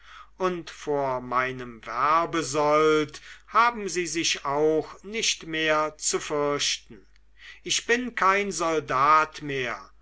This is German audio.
und vor meinem werbesold haben sie sich auch nicht mehr zu fürchten ich bin kein soldat mehr